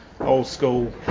old-school